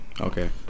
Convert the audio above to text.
Okay